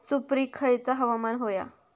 सुपरिक खयचा हवामान होया?